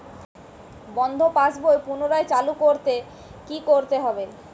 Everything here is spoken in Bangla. বন্ধ পাশ বই পুনরায় চালু করতে কি করতে হবে?